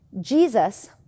Jesus